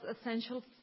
essential